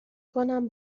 کنم